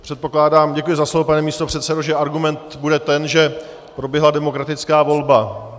Předpokládám děkuji za slovo, pane místopředsedo že argument bude ten, že proběhla demokratická volba.